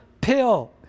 pill